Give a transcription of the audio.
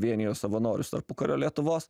vienijo savanorius tarpukario lietuvos